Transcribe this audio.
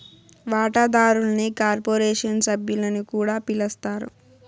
వాటాదారుల్ని కార్పొరేషన్ సభ్యులని కూడా పిలస్తారు